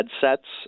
headsets